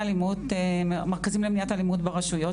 מרכזים למניעת אלימות ברשויות,